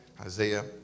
Isaiah